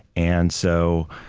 and so